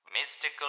Mystical